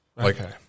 Okay